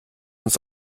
uns